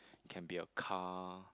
can be your car